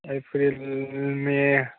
April may